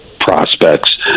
prospects